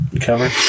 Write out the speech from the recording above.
cover